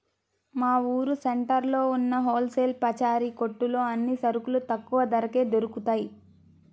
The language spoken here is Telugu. మా ఊరు సెంటర్లో ఉన్న హోల్ సేల్ పచారీ కొట్టులో అన్ని సరుకులు తక్కువ ధరకే దొరుకుతయ్